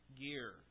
gear